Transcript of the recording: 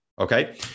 Okay